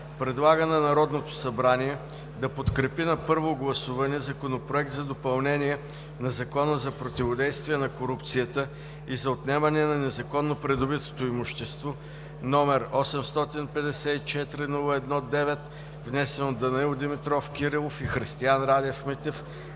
предлага на Народното събрание да подкрепи на първо гласуване Законопроект за допълнение на Закона за противодействие на корупцията и за отнемане на незаконно придобитото имущество, № 854-01-9, внесен от Данаил Димитров Кирилов и Христиан Радев Митев